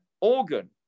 organ